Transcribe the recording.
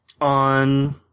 on